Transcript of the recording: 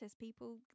people